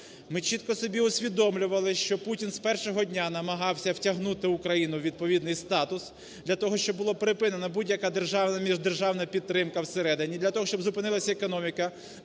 Ми чітко собі усвідомлювали, що Путін з першого дня намагався втягнути Україну у відповідний статус для того, щоб була припинена будь-яка державна і міждержавна підтримка всередині, для того, щоб зупинилася економіка,